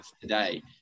today